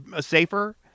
safer